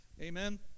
Amen